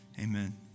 amen